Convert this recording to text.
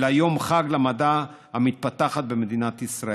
אלא יום חג למדע המתפתח במדינת ישראל.